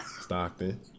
Stockton